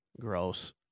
Gross